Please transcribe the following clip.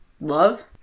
Love